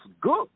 good